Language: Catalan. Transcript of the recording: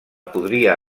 podria